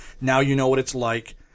now-you-know-what-it's-like